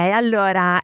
allora